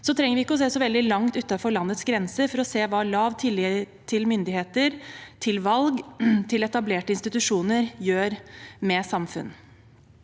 Vi trenger ikke å se så veldig langt utenfor landets grenser for å se hva lav tillit til myndigheter, til valg og til etablerte institusjoner gjør med samfunn.